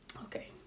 Okay